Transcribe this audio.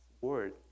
word